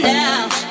now